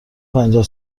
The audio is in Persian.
پنجاه